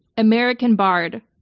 american bard,